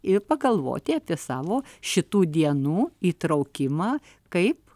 ir pagalvoti apie savo šitų dienų įtraukimą kaip